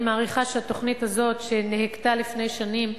אני מעריכה שהתוכנית הזאת, שנהגתה לפני שנים,